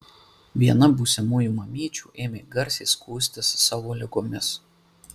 viena būsimųjų mamyčių ėmė garsiai skųstis savo ligomis